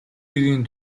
эрийн